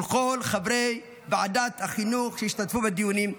ולכל חברי ועדת החינוך שהשתתפו בדיונים.